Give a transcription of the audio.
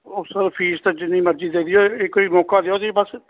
ਉਸ ਤੋਂ ਬਾਅਦ ਫੀਸ ਤਾਂ ਜਿੰਨੀ ਮਰਜ਼ੀ ਦੇ ਦਿਓ ਇੱਕ ਵਾਰੀ ਮੌਕਾ ਦਿਓ ਤੁਸੀਂ ਬਸ